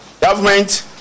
Government